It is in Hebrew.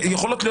יכולות להיות